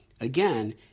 Again